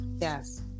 yes